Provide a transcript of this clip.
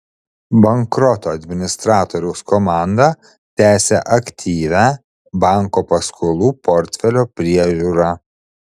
bankroto administratoriaus komanda tęsia aktyvią banko paskolų portfelio priežiūrą